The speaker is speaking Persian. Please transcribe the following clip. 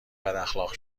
بداخلاق